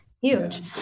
huge